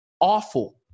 awful